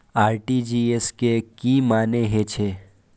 RTGS के की मानें हे छे?